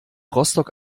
rostock